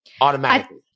Automatically